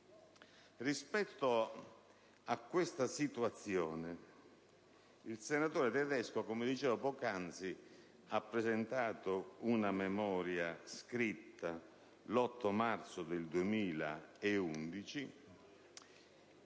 Rispetto a questa situazione, il senatore Tedesco - come dicevo poc'anzi - ha presentato una memoria scritta l'8 marzo 2011,